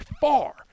far